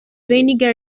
wenige